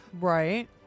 Right